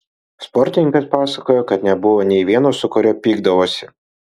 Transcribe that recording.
sportininkas pasakojo kad nebuvo nei vieno su kuriuo pykdavosi